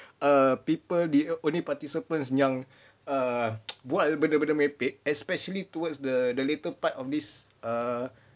err people the only participants yang err bual benda-benda merepek especially towards the the later part of this err